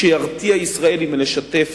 שירתיע ישראלי מלשתף